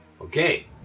Okay